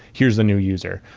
here's the new user,